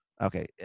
Okay